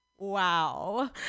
Wow